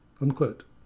unquote